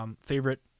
favorite